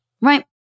right